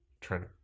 trying